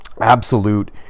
absolute